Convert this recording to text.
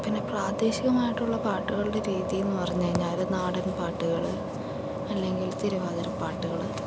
പിന്നെ പ്രാദേശികമായിട്ടുള്ള പാട്ടുകളുടെ രീതിയെന്നു പറഞ്ഞു കഴിഞ്ഞാൽ നാടൻപാട്ടുകൾ അല്ലെങ്കിൽ തിരുവാതിര പാട്ടുകൾ